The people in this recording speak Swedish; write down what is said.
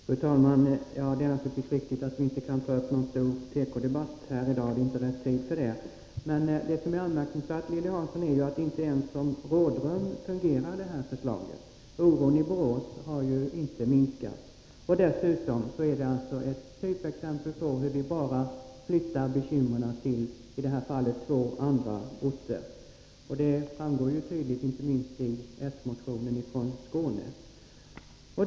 Fru talman! Det är naturligtvis riktigt att vi inte kan ta upp en stor tekodebatt i dag, det är inte rätt tid för det. Men det anmärkningsvärda, Lilly Hansson, är ju att det här förslaget inte ens fungerar som rådrum. Oron i Borås har inte minskat, och dessutom är detta ett typexempel på hur vi bara flyttar bekymren — i det här fallet till två andra orter. Det framgår inte minst tydligt av s-motionen från Skåne.